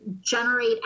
generate